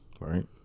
Right